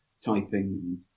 typing